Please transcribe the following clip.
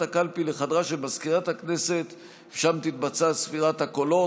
הקלפי לחדרה של מזכירת הכנסת ושם תתבצע ספירת הקולות.